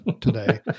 today